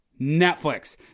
Netflix